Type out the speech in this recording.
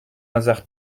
hasard